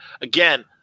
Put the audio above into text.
Again